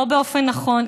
לא באופן נכון,